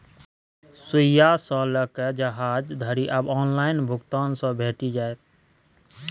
सुईया सँ लकए जहाज धरि आब ऑनलाइन भुगतान सँ भेटि जाइत